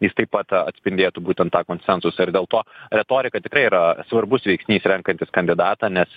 jis taip pat atspindėtų būtent tą konsensusą ir dėl to retorika tikrai yra svarbus veiksnys renkantis kandidatą nes